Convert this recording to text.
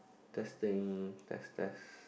testing test test